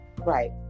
Right